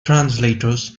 translators